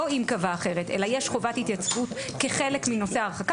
לא אם קבע אחרת אלא יש חובת התייצבות כחלק מההרחקה,